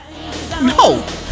No